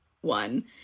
one